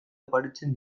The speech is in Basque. oparitzen